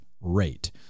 rate